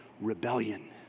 rebellion